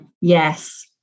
yes